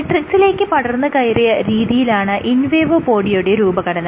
മെട്രിക്സിലേക്ക് പടർന്നു കയറിയ രീതിയിലാണ് ഇൻവേഡോപോഡിയയുടെ രൂപഘടന